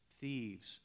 thieves